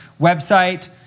website